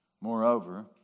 Moreover